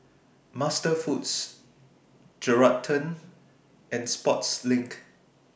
MasterFoods Geraldton and Sportslink